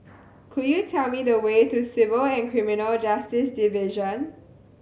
could you tell me the way to Civil and Criminal Justice Division